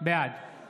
בעד